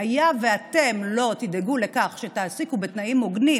היה ואתן לא תדאגו לכך שתעסיקו בתנאים הוגנים